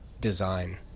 design